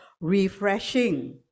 refreshing